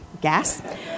gas